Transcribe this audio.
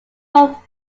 all